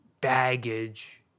baggage